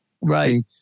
Right